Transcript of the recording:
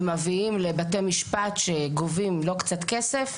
הם מביאים לבתי המשפט, שגובים לא מעט כסף,